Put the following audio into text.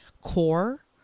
core